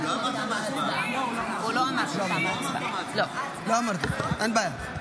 אין בעיה.